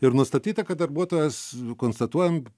ir nustatyta kad darbuotojas konstatuojam